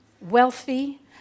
wealthy